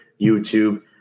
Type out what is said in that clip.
YouTube